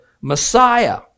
Messiah